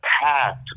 path